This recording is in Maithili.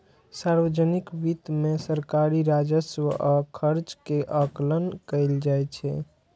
सार्वजनिक वित्त मे सरकारी राजस्व आ खर्च के आकलन कैल जाइ छै